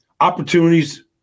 Opportunities